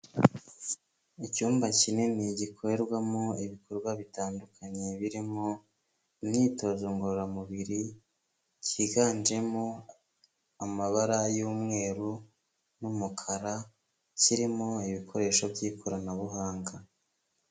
Icyumba kinini gikorerwamo ibikorwa bitandukanye, birimo imyitozo ngororamubiri, cyiganjemo amabara y'umweru n'umukara, kirimo ibikoresho by'ikoranabuhanga.